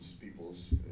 people's